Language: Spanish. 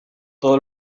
todo